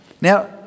Now